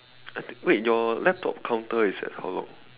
wait your laptop counter is at how long